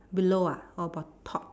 below ah or bot~ top